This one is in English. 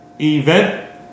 event